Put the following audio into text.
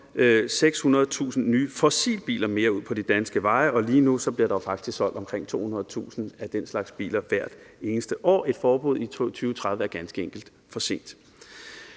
600.000 nye fossilbiler mere ud på de danske veje. Og lige nu bliver der jo faktisk solgt omkring 200.000 af den slags biler hvert eneste år. Et forbud i 2030 er ganske enkelt for sent.